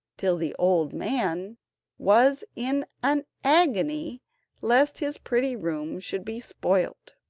till the old man was in an agony lest his pretty room should be spoilt.